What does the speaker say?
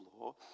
law